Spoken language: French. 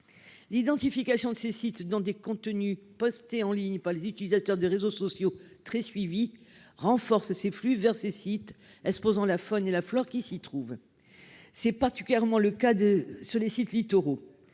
L'identification de ces sites dans des contenus postés en ligne par des utilisateurs très suivis sur les réseaux sociaux renforce les flux en question, exposant la faune et la flore qui s'y trouvent. C'est particulièrement le cas des littoraux.